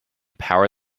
power